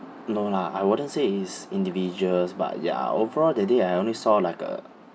no lah I wouldn't say it's individuals but ya overall that day I only saw like uh